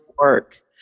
work